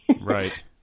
Right